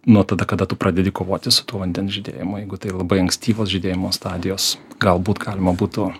nuo tada kada tu pradedi kovoti su tuo vandens žydėjimu jeigu tai labai ankstyvos žydėjimo stadijos galbūt galima būtų